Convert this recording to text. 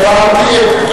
הכול היא יכולה.